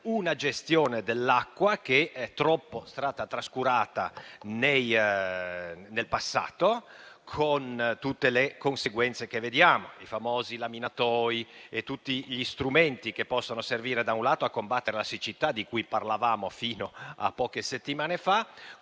una gestione dell'acqua che è stata troppo trascurata nel passato, con tutte le conseguenze che vediamo, mettendo in campo i famosi laminatoi e tutti gli strumenti che possono servire da un lato a combattere la siccità, di cui parlavamo fino a poche settimane fa,